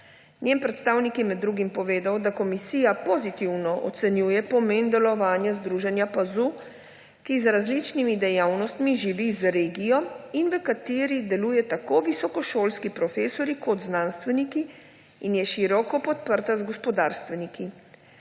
Njen predstavnik je med drugim povedal, da komisija pozitivno ocenjuje pomen delovanja združenja PAZU, ki z različnimi dejavnostmi živi z regijo in v kateri delujejo tako visokošolski profesorji kot znanstveniki in je široko podprta za gospodarstveniki.